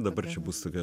dabar čia bus tokia